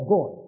God